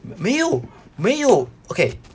没有没有 okay